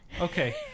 Okay